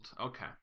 Okay